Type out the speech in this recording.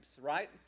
right